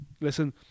Listen